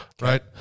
Right